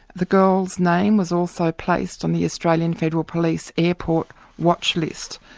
the girl's name was also placed on the australian federal police airport watch list,